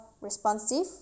responsive